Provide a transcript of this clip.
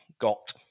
got